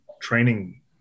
training